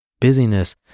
Busyness